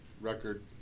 record